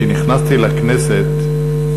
כשנכנסתי לכנסת,